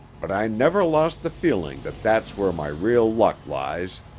but i never lost the feeling that that's where my real luck lies.